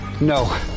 No